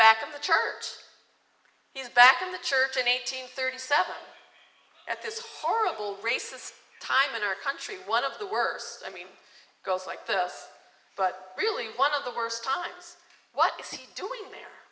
back in the church he's back in the church an eight hundred thirty seven at this horrible racist time in our country one of the worst i mean girls like but really one of the worst times what is he doing there